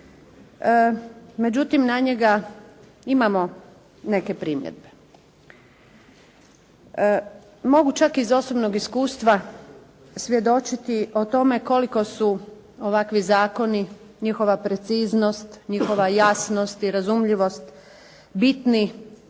Međutim, na njega imamo neke primjedbe. Mogu čak iz osobnog iskustva svjedočiti o tome koliko su ovakvi zakoni, njihova preciznost, njihova jasnost i razumljivost bitni